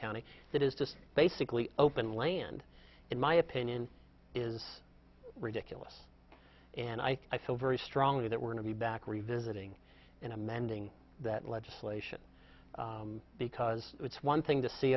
county that is just basically open land in my opinion is ridiculous and i thought very strongly that we're going to be back revisiting in amending that legislation because it's one thing to see